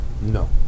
No